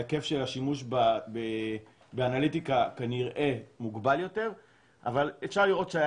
ההיקף של השימוש באנליטיקה כנראה מוגבל יותר אבל אפשר לראות שמערכת